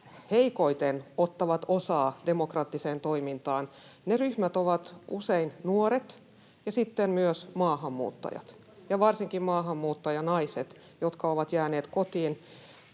heikoiten ottavat osaa demokraattiseen toimintaan. Ne ryhmät ovat usein nuoret ja sitten myös maahanmuuttajat ja varsinkin maahanmuuttajanaiset, jotka ovat jääneet kotiin